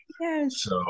Yes